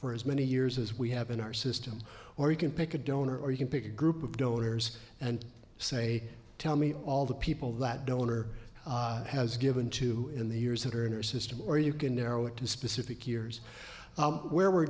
for as many years as we have in our system or you can pick a donor or you can pick a group of donors and say tell me all the people that donor has given to in the years that are in our system or you can narrow it to specific years where we're